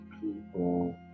people